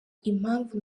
impamvu